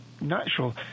natural